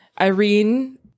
Irene